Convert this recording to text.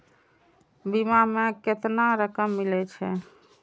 बीमा में केतना रकम मिले छै?